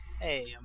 Hey